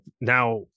Now